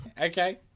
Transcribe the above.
Okay